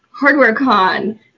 HardwareCon